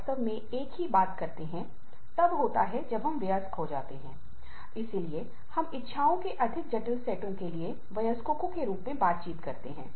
वाद्य मॉडल कहता है कि एक क्षेत्र में गतिविधियाँ अन्य क्षेत्र में सफलता की सुविधा प्रदान करती हैं